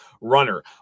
runner